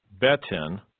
Betin